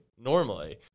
normally